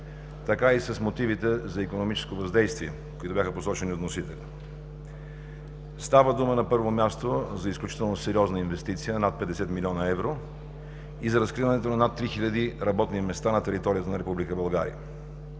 така и с мотивите за икономическо въздействие, които бяха посочени от вносителя. Става дума, на първо място, за изключително сериозна инвестиция – над 50 млн. евро, и за разкриването на над три хиляди работни места на територията на Република България.